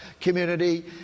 community